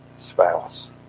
spouse